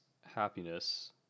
happiness